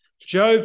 Job